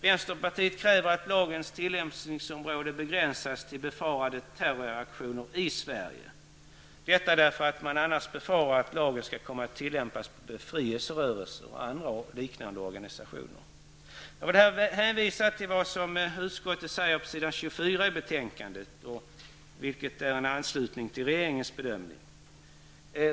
Vänsterpartiet kräver att lagens tillämpningsområde begränsas till befarade terroraktioner i Sverige, detta på grund av att man annars befarar att lagen skall komma att tillämpas på befrielserörelser och andra liknande organisationer. Jag vill då hänvisa till vad utskottet skriver på s. 24 i betänkandet, vilket är en anslutning till regeringens bedömning.